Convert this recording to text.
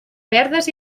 verdes